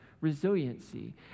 resiliency